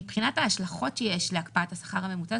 מבחינת ההשלכות שיש להקפאת השכר הממוצע,